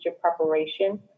preparation